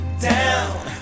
down